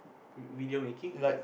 video making